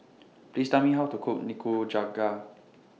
Please Tell Me How to Cook Nikujaga